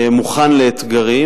מוכן לאתגרים,